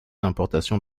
d’importation